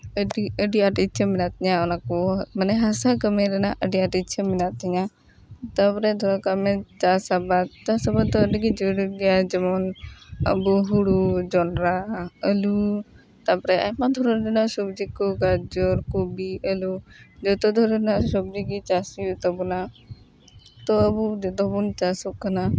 ᱟᱹᱰᱤ ᱟᱹᱰᱤ ᱟᱸᱴ ᱤᱪᱷᱟᱹ ᱢᱮᱱᱟᱜ ᱛᱤᱧᱟᱹ ᱚᱱᱟ ᱠᱚ ᱢᱟᱱᱮ ᱦᱟᱥᱟ ᱠᱟᱹᱢᱤ ᱨᱮᱱᱟᱜ ᱟᱹᱰᱤ ᱟᱸᱴ ᱤᱪᱷᱟᱹ ᱢᱮᱱᱟᱜ ᱛᱤᱧᱟᱹ ᱛᱟᱯᱚᱨᱮ ᱫᱷᱚᱨᱟᱣ ᱠᱟᱜ ᱢᱮ ᱪᱟᱥ ᱟᱵᱟᱫ ᱪᱟᱥ ᱟᱵᱟᱫ ᱫᱚ ᱟᱹᱰᱤ ᱜᱮ ᱡᱩᱨᱩᱨᱤ ᱜᱮᱭᱟ ᱡᱮᱢᱚᱱ ᱟᱵᱚ ᱦᱩᱲᱩ ᱡᱚᱱᱰᱨᱟ ᱟᱞᱩ ᱛᱟᱯᱚᱨᱮ ᱟᱭᱢᱟ ᱫᱷᱚᱨᱚᱱ ᱨᱮᱱᱟᱜ ᱥᱚᱵᱡᱤ ᱠᱚ ᱜᱟᱡᱚᱨ ᱠᱚ ᱵᱤᱴ ᱟᱞᱩ ᱡᱚᱛᱚ ᱫᱷᱚᱨᱚᱱ ᱨᱮᱱᱟᱜ ᱥᱚᱵᱡᱤ ᱜᱮ ᱪᱟᱥ ᱦᱩᱭᱩᱜ ᱛᱟᱵᱚᱱᱟ ᱛᱚ ᱟᱵᱚ ᱡᱚᱛᱚ ᱵᱚᱱ ᱪᱟᱥᱚᱜ ᱠᱟᱱᱟ